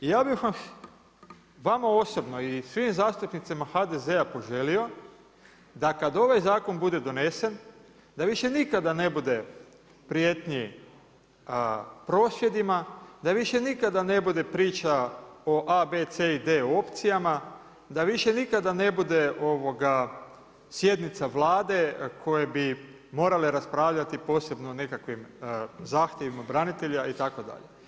I ja bih vam, vama osobno i svim zastupnicima HDZ-a poželio, da kad ovaj zakon bude donesen, da više nikada ne bude prijetnji prosvjedima, da više nikada ne bude priča o a), b), c) i d) opcijama, da više nikada ne bude sjednica Vlade koje bi morale raspravljati posebno o nekakvim zahtjevima branitelja itd.